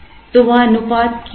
तो वह अनुपात क्या है